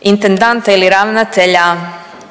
intendanta ili ravnatelja